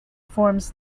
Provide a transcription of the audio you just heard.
forms